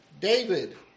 David